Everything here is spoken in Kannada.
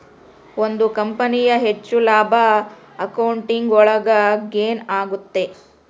ಒಂದ್ ಕಂಪನಿಯ ಹೆಚ್ಚು ಲಾಭ ಅಕೌಂಟಿಂಗ್ ಒಳಗ ಗೇನ್ ಆಗುತ್ತೆ